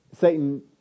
Satan